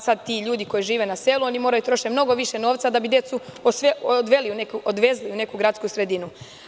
Sad ti ljudi koji žive na selu, moraju da troše mnogo više novca da bi decu odvezli u neku gradsku sredinu.